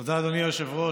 תודה, אדוני היושב-ראש.